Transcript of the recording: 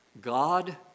God